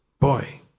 boy